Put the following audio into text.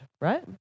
right